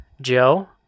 Joe